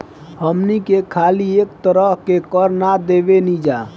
हमनी के खाली एक तरह के कर ना देबेनिजा